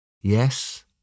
Yes